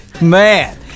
man